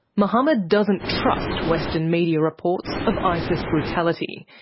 mohammed doesn't trust western media reports of isis brutality.